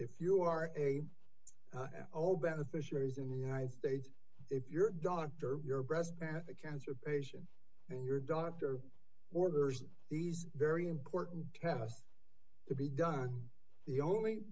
if you are a beneficiaries in the united states if your doctor your breast cancer patient and your doctor orders these very important test to be done the only